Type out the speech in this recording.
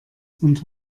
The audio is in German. und